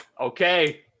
Okay